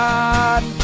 God